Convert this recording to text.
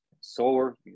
solar